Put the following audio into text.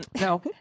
No